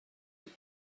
plus